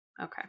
Okay